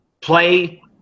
play